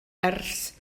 ers